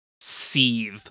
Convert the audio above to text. seethe